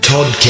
Todd